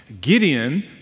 Gideon